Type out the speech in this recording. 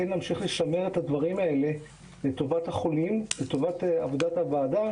כדי לשמר את הדברים האלה לטובת החולים ולטובת עבודת הוועדה,